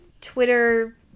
Twitter